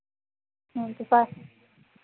okay side